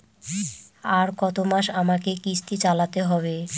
আর কতমাস আমাকে কিস্তি চালাতে হবে?